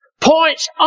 points